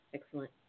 Excellent